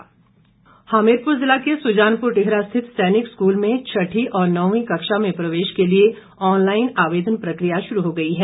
आवेदन हमीरपुर ज़िला के सुजानपुर टीहरा स्थित सैनिक स्कूल में छठी और नवीं कक्षा में प्रवेश के लिए ऑनलाईन आवेदन प्रकिया शुरू हो गई है